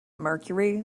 mercury